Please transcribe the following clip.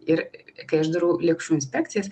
ir kai aš darau lėkščių inspekcijas